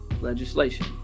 legislation